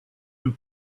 who